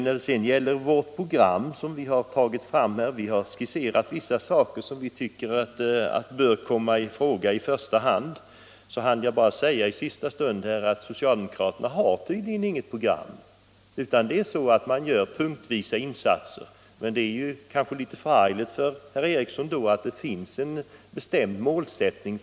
Vi har i vårt program skisserat vad vi tycker bör komma i första hand. Socialdemokraterna har tydligen inget program utan man gör punktvisa insatser. Det är då litet förargligt för herr Ericson att centern har en bestämd målsättning.